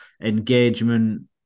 engagement